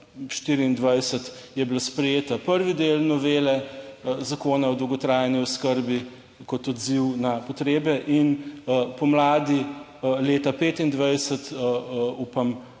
je bila sprejeta prvi del novele Zakona o dolgotrajni oskrbi, kot odziv na potrebe in pomladi leta 2025, upam,